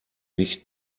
nicht